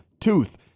tooth